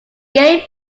gay